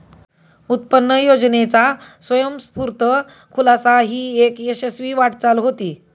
उत्पन्न योजनेचा स्वयंस्फूर्त खुलासा ही एक यशस्वी वाटचाल होती